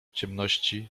ciemności